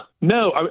no